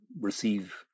receive